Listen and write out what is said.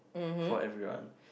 for everyone